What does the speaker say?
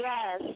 Yes